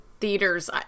theaters